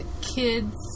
kids